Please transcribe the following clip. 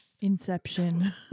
Inception